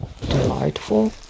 Delightful